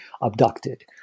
abducted